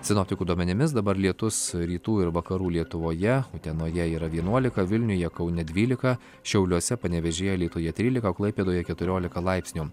sinoptikų duomenimis dabar lietus rytų ir vakarų lietuvoje utenoje yra vienuolika vilniuje kaune dvylika šiauliuose panevėžyje alytuje trylika o klaipėdoje keturiolika laipsnių